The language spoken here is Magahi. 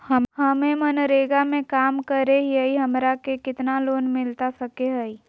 हमे मनरेगा में काम करे हियई, हमरा के कितना लोन मिलता सके हई?